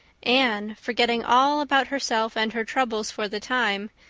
anne, forgetting all about herself and her troubles for the time,